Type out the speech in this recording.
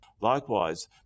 likewise